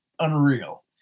unreal